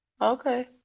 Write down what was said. Okay